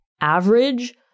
average